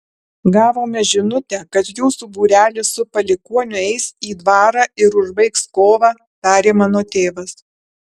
gavome žinutę kad jūsų būrelis su palikuoniu eis į dvarą ir užbaigs kovą tarė mano tėvas